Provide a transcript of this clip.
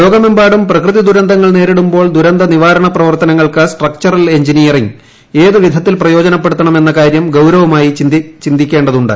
ലോകമെമ്പാടും പ്രകൃതി ദുരന്തങ്ങൾ നേരിടുമ്പോൾ ദുരന്തനിവാരണ പ്രവർത്തനങ്ങൾക്ക് സ്ചട്രക്ച്ചറൽ എഞ്ചിനീയറിംഗ് ഏതു വിധത്തിൽ പ്രയോജനപ്പെടുത്തണം എന്ന കാര്യം ഗൌരവമായി ചിന്തിക്കേണ്ടതുണ്ട്